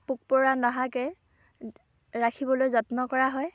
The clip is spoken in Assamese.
পোক পৰুৱা নহাকৈ ৰাখিবলৈ যত্ন কৰা হয়